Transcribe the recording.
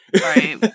Right